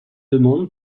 demande